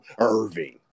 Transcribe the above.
Irving